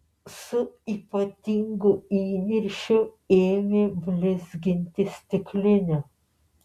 su ypatingu įniršiu ėmė blizginti stiklinę